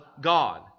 God